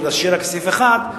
ולהשאיר רק סעיף אחד,